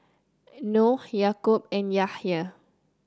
Noh Yaakob and Yahaya